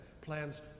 plans